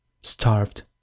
starved